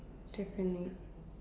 differently